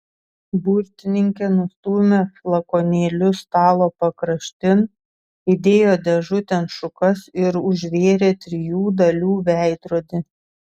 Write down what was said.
burtininkė nustūmė flakonėlius stalo pakraštin įdėjo dėžutėn šukas ir užvėrė trijų dalių veidrodį